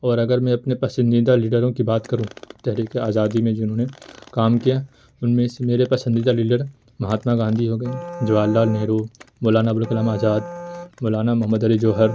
اور اگر میں اپنے پسندیدہ لیڈروں کی بات کروں تحریک آزادی میں جنہوں نے کام کیا ان میں سے میرے پسندیدہ لیڈر مہاتما گاندھی ہو گئے جواہر لال نہرو مولانا ابوالکلام آزاد مولانا محمد علی جوہر